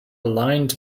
aligned